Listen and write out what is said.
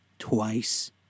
Twice